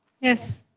Yes